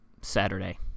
Saturday